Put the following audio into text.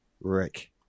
Rick